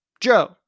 Joe